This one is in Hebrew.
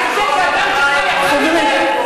האם אתה מוכן להסתפק בדברי השר?